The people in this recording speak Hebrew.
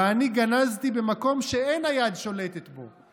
ואני גנזתי במקום שאין היד שולטת בו,